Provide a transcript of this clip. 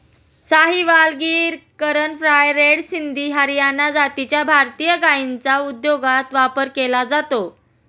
Sahiwal, Gir, Karan Fries, red Sindhi, Haryana जातीच्या भारतीय गायींचा दुग्धोद्योगात वापर केला जातो